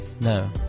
No